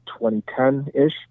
2010-ish